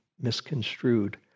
misconstrued